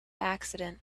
accident